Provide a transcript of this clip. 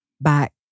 back